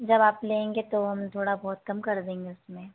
जब आप लेंगे तो हम थोड़ा बहुत कम कर देंगे उसमें